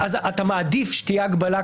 אתה מעדיף שתהיה הגבלה?